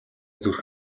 зүрх